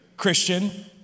Christian